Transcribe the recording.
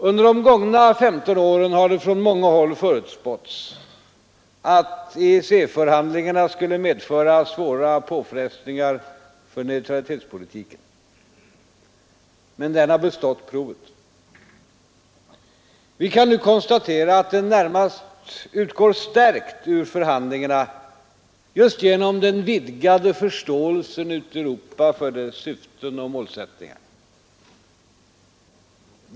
Under de gångna 15 åren har det från många håll förutspåtts att EEC-förhandlingarna skulle medföra svåra påfrestningar för neutralitetspolitiken. Men den har bestått provet. Vi kan nu konstatera att den närmast utgår stärkt ur förhandlingarna just genom den vidgade förståelsen i Europa för dess syften och målsättningar.